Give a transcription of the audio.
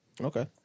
okay